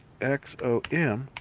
XOM